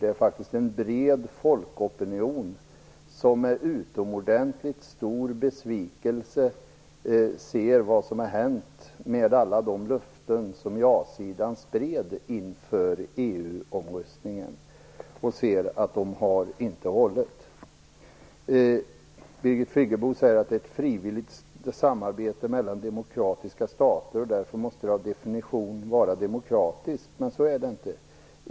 Det är faktiskt en bred folkopinion som med utomordentligt stor besvikelse ser vad som har hänt med alla de löften som jasidan spred inför EU-omröstningen. Man ser att de inte har hållit. Birgit Friggebo säger att det är ett frivilligt samarbete mellan demokratiska stater och att det därför av definition måste vara demokratiskt. Så är det inte.